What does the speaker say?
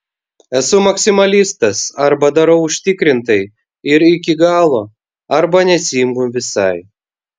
esu maksimalistas arba darau užtikrintai ir iki galo arba nesiimu visai